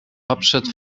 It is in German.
hauptstadt